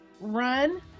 run